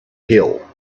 hill